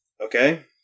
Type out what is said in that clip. Okay